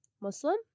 muslim